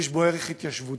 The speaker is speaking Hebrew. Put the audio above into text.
יש בה ערך התיישבותי,